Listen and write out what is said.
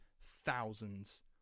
thousands